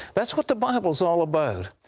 that's what the bible is all about.